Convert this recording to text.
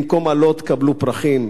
במקום אלות תקבלו פרחים,